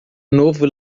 novo